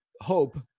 hope